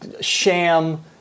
sham